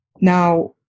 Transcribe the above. Now